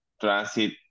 Transit